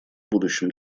будущем